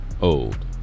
old